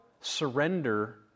surrender